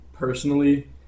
personally